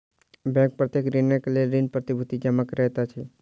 bank प्रत्येक ऋणक लेल ऋण प्रतिभूति जमा करैत अछि